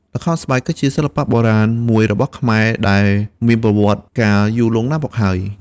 ល្ខោនស្បែកគឺជាសិល្បៈបុរាណមួយរបស់ខ្មែរដែលមានប្រវត្តិកាលយូរលង់ណាស់មកហើយ។